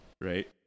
right